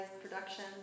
production